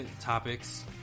topics